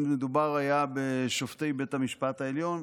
אם מדובר היה בשופטי בית המשפט העליון,